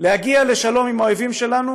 להגיע לשלום עם האויבים שלנו,